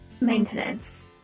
Maintenance